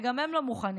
וגם הם לא מוכנים.